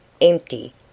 empty